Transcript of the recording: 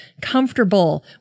comfortable